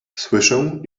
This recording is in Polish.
słyszę